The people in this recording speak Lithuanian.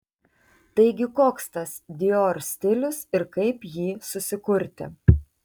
taigi koks tas dior stilius ir kaip jį susikurti